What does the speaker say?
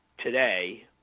today